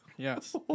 Yes